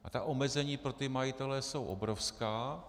A ta omezení pro majitele jsou obrovská.